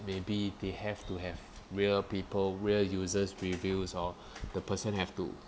maybe they have to have real people real user's reviews or the person have to